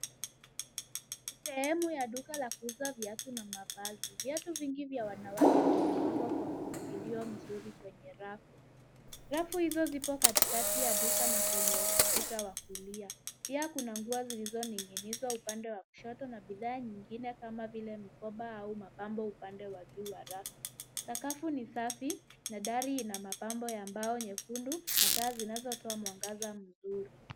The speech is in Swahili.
Sehemu ya duka la kuuza viatu na mavazi. Viatu vingi vya wanawake vimepangwa kwa mpangilio mzuri kwenye rafu. Rafu hizo zipo katikatika ya duka na kwenye ukuta wa kulia. Pia kuna nguo zilizoning'inizwa upande wa kushoto na bidhaa nyingine kama vile mikoba au mapambo upande wa juu wa rafu. Sakafu ni safi na dari ina mapambo ya mbao nyekundu na taa zinazotoa mwangaza mzuri.